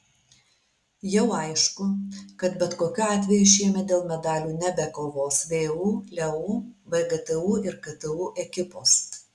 jau aišku kad bet kokiu atveju šiemet dėl medalių nebekovos vu leu vgtu ir ktu ekipos